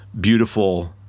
beautiful